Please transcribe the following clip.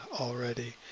already